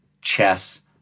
chess